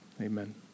Amen